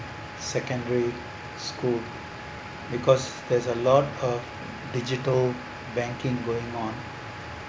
secondary school because there's a lot of digital banking going on